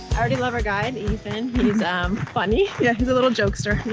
already love our guide, ethan. he's um funny. yeah, he's a little jokester